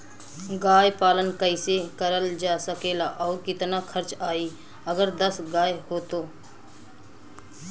गाय पालन कइसे करल जा सकेला और कितना खर्च आई अगर दस गाय हो त?